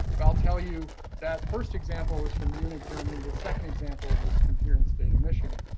but i'll tell you that first example is from munich, germany. the second example was from here in the state of michigan.